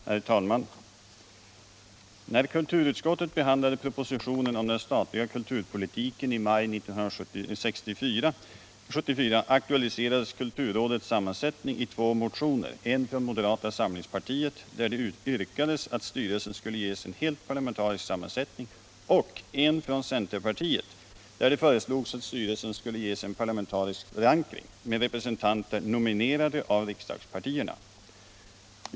Herr talman! ”När kulturutskottet behandlade propositionen om den statliga kulturpolitiken i maj” — 1974 -”aktualiserades kulturrådets sammansättning i två motioner, en från moderata samlingspartiet, där det yrkades att styrelsen skulle ges en helt parlamentarisk sammansättning, och en från centerpartiet, där det föreslogs att styrelsen skulle ges en parlamentarisk förankring med representanter nominerade av riksdagspartierna.